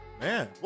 Man